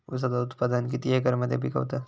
ऊसाचा उत्पादन कितक्या एकर मध्ये पिकवतत?